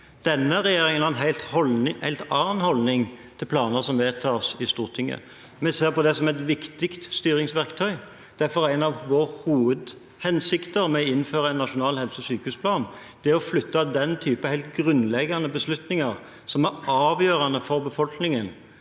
Denne regje ringen har en helt annen holdning til planer som vedtas i Stortinget. Vi ser på det som et viktig styringsverktøy. Derfor er en av våre hovedhensikter med å innføre en nasjonal helse- og sykehusplan å flytte den type helt grunnleggende beslutninger, som er avgjørende for befolkningen,